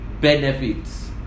benefits